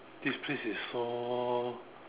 this place is so